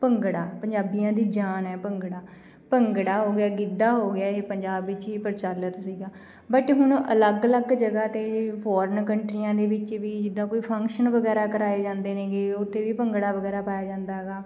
ਭੰਗੜਾ ਪੰਜਾਬੀਆਂ ਦੀ ਜਾਨ ਹੈ ਭੰਗੜਾ ਭੰਗੜਾ ਹੋ ਗਿਆ ਗਿੱਧਾ ਹੋ ਗਿਆ ਇਹ ਪੰਜਾਬ ਵਿੱਚ ਹੀ ਪ੍ਰਚਲਿਤ ਸੀਗਾ ਬਟ ਹੁਣ ਅਲੱਗ ਅਲੱਗ ਜਗ੍ਹਾ 'ਤੇ ਫੋਰਨ ਕੰਟਰੀਆਂ ਦੇ ਵਿੱਚ ਵੀ ਜਿੱਦਾਂ ਕੋਈ ਫੰਕਸ਼ਨ ਵਗੈਰਾ ਕਰਾਏ ਜਾਂਦੇ ਨੇਗੇ ਉੱਥੇ ਵੀ ਭੰਗੜਾ ਵਗੈਰਾ ਪਾਇਆ ਜਾਂਦਾ ਹੈਗਾ